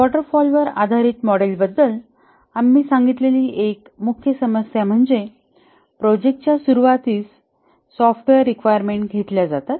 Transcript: water फॉलवर आधारीत मॉडेलबद्दल आम्ही सांगितलेली एक मुख्य समस्या म्हणजे प्रोजेक्टच्या सुरूवातीस सॉफ्टवेअर रिक्वायरमेंन्ट घेतल्या जातात